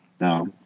No